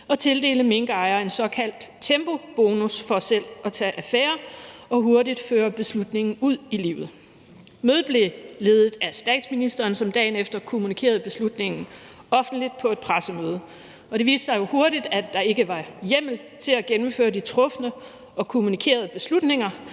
og tildele minkavlere en såkaldt tempobonus for selv at tage affære og hurtigt føre beslutningen ud i livet. Mødet blev ledet af statsministeren, som dagen efter kommunikerede beslutningen offentligt på et pressemøde. Det viste sig jo hurtigt, at der ikke var hjemmel til at gennemføre de trufne og kommunikerede beslutninger,